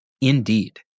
Indeed